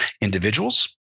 individuals